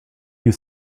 you